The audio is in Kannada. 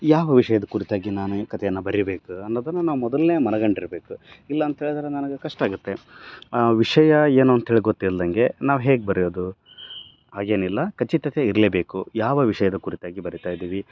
ಯಾವ ವಿಷಯದ ಕುರಿತಾಗಿ ನಾನು ಈ ಕತೆಯನ್ನು ಬರಿಬೇಕು ಅನ್ನೋದನ್ನು ನಾವು ಮೊದಲೇ ಮನಗಂಡಿರ್ಬೇಕು ಇಲ್ಲಾಂತೇಳಿದ್ರೆ ನನಗೆ ಕಷ್ಟ ಆಗುತ್ತೆ ಆ ವಿಷಯ ಏನು ಅಂತೇಳಿ ಗೊತ್ತಿಲ್ದಂಗೆ ನಾವು ಹೇಗೆ ಬರೆಯೋದು ಹಾಗೇನಿಲ್ಲ ಖಚಿತತೆ ಇರಲೇಬೇಕು ಯಾವ ವಿಷಯದ ಕುರಿತಾಗಿ ಬರೀತಾಯಿದ್ದೀವಿ